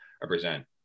represent